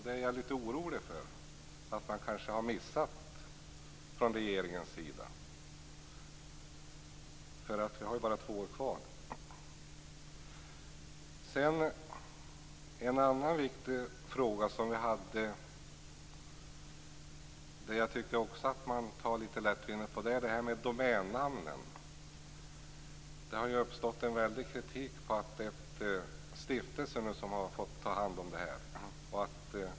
Jag är litet orolig för att man kanske har missat här från regeringens sida. Vi har ju bara två år kvar. Vi hade även en annan viktig fråga som jag tycker också att man tar litet lättvindigt på, och det är domännamnen. Det har ju uppstått en väldig kritik mot att en stiftelse nu har fått ta hand om det här.